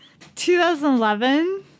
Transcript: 2011